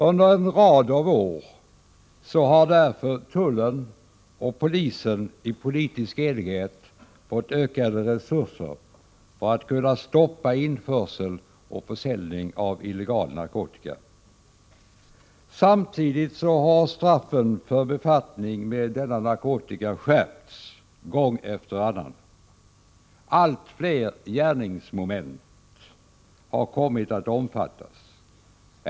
Under en rad av år har därför tullen och polisen i politisk enighet fått ökade resurser för att kunna stoppa införsel och försäljning av illegal narkotika. Samtidigt har straffen för befattning med denna narkotika skärpts gång efter annan. Allt fler gärningsmoment har kommit att omfattas.